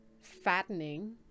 fattening